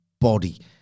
body